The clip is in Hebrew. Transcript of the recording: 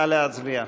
נא להצביע.